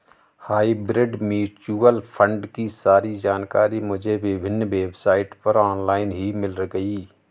hybrid mutual fund की सारी जानकारी मुझे विभिन्न वेबसाइट पर ऑनलाइन ही मिल गयी